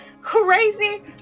crazy